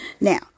now